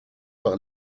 par